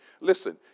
Listen